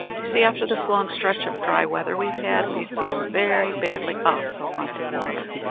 you see, after this long stretch of dry weather we've had, we feel very badly off for want of water.